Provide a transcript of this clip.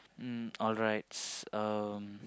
mm alright um